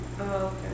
Okay